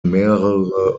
mehrere